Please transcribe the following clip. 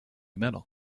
metal